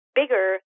bigger